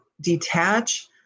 detach